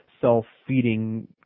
self-feeding